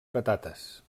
patates